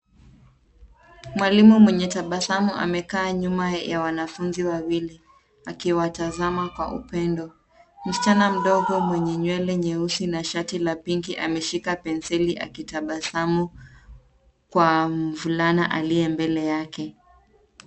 Mwalimu mwenye tabasamu amekaa nyuma ya wanafunzi wawili akiwatazama kwa upendo. Msichana mdogo mwenye nywele nyeusi na shati la pinki ameshika penseli akitabasamu kwa mvulana aliye mbele yake.